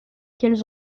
qu’elles